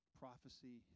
prophecy